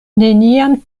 neniam